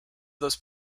those